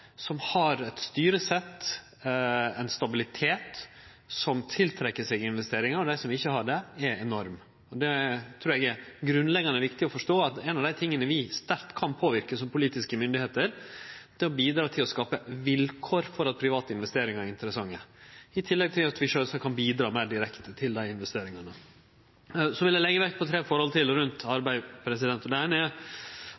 som har eit styresett – ein stabilitet – som trekkjer til seg investeringar, og dei som ikkje har det, er enorm. Det trur eg er grunnleggjande viktig å forstå, at ein av dei tinga vi sterkt kan påverke som politiske myndigheiter, er å bidra til å skape vilkår for at private investeringar er interessante – i tillegg til at vi sjølvsagt kan bidra meir direkte til dei investeringane. Så vil eg leggje vekt på tre forhold til rundt